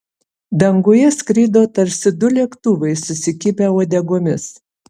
danguje skrido tarsi du lėktuvai susikibę uodegomis